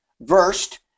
versed